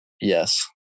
Yes